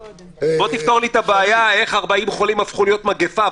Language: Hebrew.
בוא תפתור לי את הבעיה איך 40 חולים הפכו להיות מגיפה,